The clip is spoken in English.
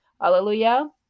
Hallelujah